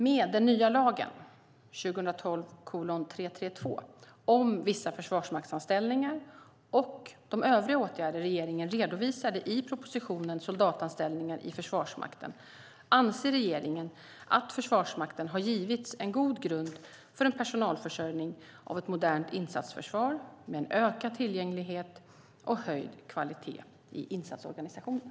Med den nya lagen om vissa försvarsmaktsanställningar och de övriga åtgärder regeringen redovisade i propositionen Soldatanställningar i Försvarsmakten anser regeringen att Försvarsmakten har givits en god grund för en personalförsörjning av ett modernt insatsförsvar med en ökad tillgänglighet och höjd kvalitet i insatsorganisationen.